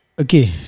okay